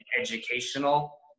educational